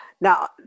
Now